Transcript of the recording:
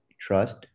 trust